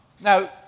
now